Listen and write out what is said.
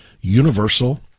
universal